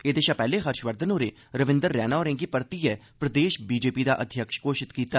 एह्दे शा पैहले हर्षवर्धन होरें रविंदर रैना होरें'गी परतियै प्रदेश बीजेपी दा अध्यक्ष घोषित कीता